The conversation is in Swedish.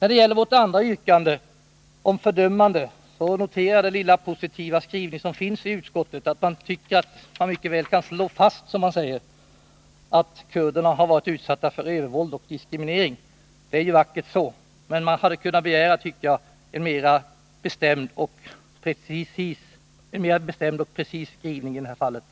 När det gäller vårt andra yrkande — det som gäller att förtrycket skall fördömas — noterar jag den lilla positiva skrivning som finns i betänkandet, nämligen att utskottet tycker att man bör ”slå fast” att kurderna har varit utsatta för övervåld och diskriminering. Det är ju vackert så, men man hade enligt min mening kunnat begära en mera bestämd och preciserad skrivning i det här fallet.